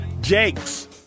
Jakes